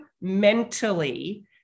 mentally